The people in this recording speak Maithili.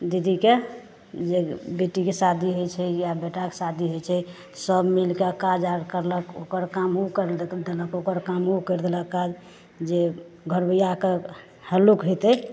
दीदीके जाउ बेटीके शादी होइ छै या बेटाक शादी होइ छै सब मिलके काज आर करलक ओकर काम ओ करि देलक ओकर काम ओ करि देलक काज जे घरबैयाके हल्लुक होयतै